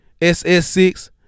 SS6